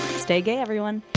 stay gay. everyone